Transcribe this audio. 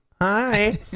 Hi